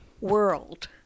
world